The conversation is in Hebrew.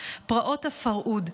פרעות הפרהוד.